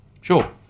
Sure